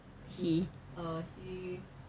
he